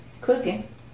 cooking